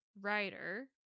writer